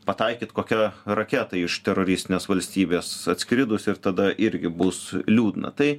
pataikyt kokią raketą iš teroristinės valstybės atskridus ir tada irgi bus liūdna tai